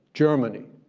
germany,